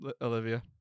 Olivia